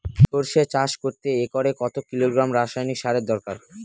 সরষে চাষ করতে একরে কত কিলোগ্রাম রাসায়নি সারের দরকার?